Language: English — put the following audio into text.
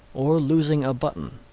or losing a button,